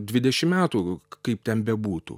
dvidešim metų kaip ten bebūtų